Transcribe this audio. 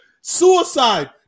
suicide